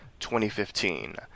2015